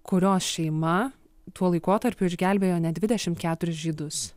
kurios šeima tuo laikotarpiu išgelbėjo net dvidešimt keturis žydus